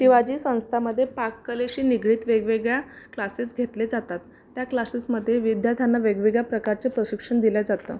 शिवाजी संस्थामध्ये पाककलेशी निगडीत वेगवेगळे क्लासेस घेतले जातात त्या क्लासेसमध्ये विद्यार्थ्यांना वेगवेगळ्या प्रकारचे प्रशिक्षण दिलं जातं